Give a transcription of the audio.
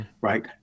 right